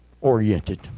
oriented